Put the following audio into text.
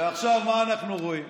עכשיו, מה אנחנו רואים?